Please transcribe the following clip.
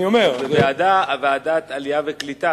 ועדת העלייה והקליטה